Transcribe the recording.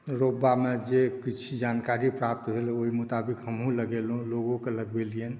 रोपबामे जे किछु जानकारी प्राप्त भेल ओहि मोताबिक हमहूँ लगेलहुँ लोकोके लगबेलियनि